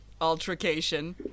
altercation